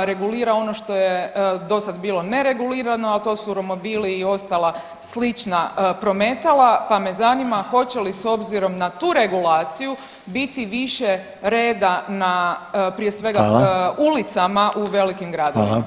regulira ono što je do sad bilo ne regulirano, a to su romobili i ostala slična prometala, pa me zanima hoće li s obzirom na tu regulaciju biti više reda prije svega [[Upadica Reiner: Hvala.]] u velikim gradovima?